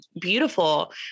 beautiful